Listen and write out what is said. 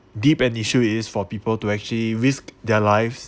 deep an issue is for people to actually risk their lives